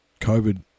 COVID